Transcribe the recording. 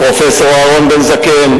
הפרופסור אהרן בן-זאב,